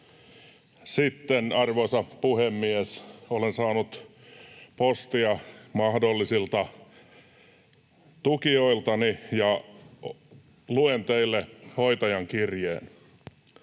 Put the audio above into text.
Sitten, arvoisa puhemies, olen saanut postia mahdollisilta tukijoiltani, ja luen teille hoitajan kirjeen.